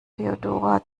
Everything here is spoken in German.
feodora